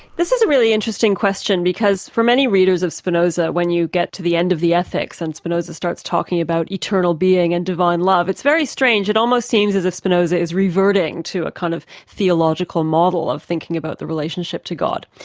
this is a really interesting question because for many readers of spinoza when you get to the end of the ethics and spinoza starts talking about eternal being and divine love, it's very strange it almost seems that spinoza is reverting to a kind of theological model of thinking about the relationship to god.